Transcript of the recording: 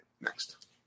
Next